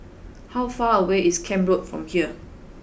how far away is Camp Road from here